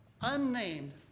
unnamed